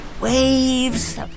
waves